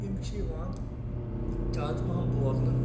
یِم چھِ یِوان زیادٕ پَہَم بولنہٕ